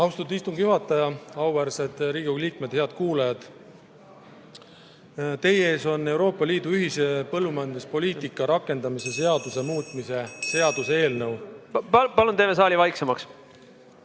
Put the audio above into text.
Austatud istungi juhataja! Auväärsed Riigikogu liikmed! Head kuulajad! Teie ees on Euroopa Liidu ühise põllumajanduspoliitika rakendamise seaduse muutmise seaduse eelnõu. Palun teeme saali vaiksemaks!